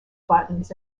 buttons